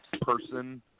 person